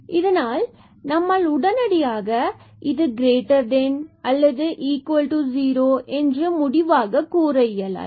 இதனால் நம்மால் உடனடியாக இந்த 0 முடிவை கூற இயலாது